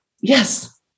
Yes